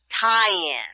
tie-in